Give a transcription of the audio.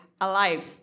alive